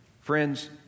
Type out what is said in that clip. friends